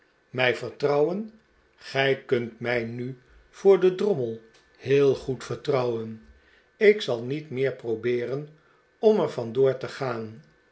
mij vertrouwen gij kunt mij nu voor den drommel heel goe'd vertrouwen ik zal niet meer probeeren om er vandoor te gaan